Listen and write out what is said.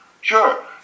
Sure